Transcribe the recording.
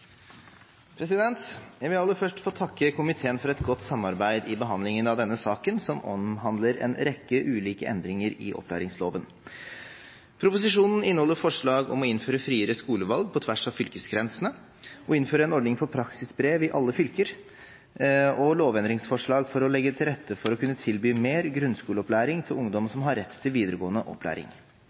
vedtatt. Jeg vil aller først få takke komiteen for et godt samarbeid i behandlingen av denne saken, som omhandler en rekke ulike endringer i opplæringsloven. Proposisjonen inneholder forslag om å innføre friere skolevalg på tvers av fylkesgrensene, å innføre en ordning for praksisbrev i alle fylker og lovendringsforslag for å legge til rette for å kunne tilby mer grunnskoleopplæring til ungdom som har rett til videregående opplæring.